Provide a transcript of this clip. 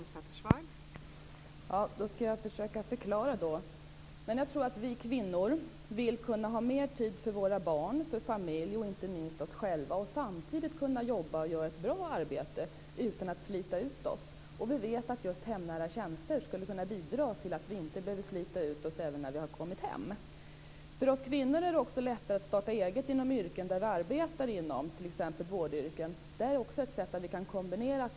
Fru talman! Då ska jag försöka förklara. Jag tror att vi kvinnor vill ha mer tid för våra barn, för familjen och inte minst oss själva. Samtidigt vill vi kunna jobba och göra ett bra arbete utan att slita ut oss, och vi vet att just hemnära tjänster skulle kunna bidra till att vi inte behöver slita ut oss även när vi har kommit hem. För oss kvinnor är det också lättare att starta eget inom yrkesområden som vi arbetar i; det gäller t.ex. vårdyrken. Detta är också ett sätt att kombinera arbete och familj.